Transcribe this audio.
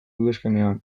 udazkenean